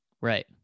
Right